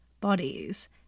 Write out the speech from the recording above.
bodies